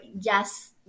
yes